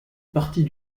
partie